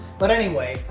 but anyway,